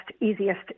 easiest